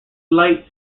light